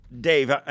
Dave